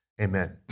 amen